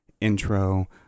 intro